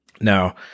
Now